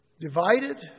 divided